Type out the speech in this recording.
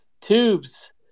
tubes